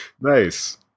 Nice